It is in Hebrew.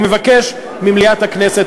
אני מבקש ממליאת הכנסת,